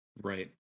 Right